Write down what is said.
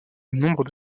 nombre